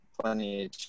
plenty